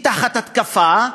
היא תחת התקפה,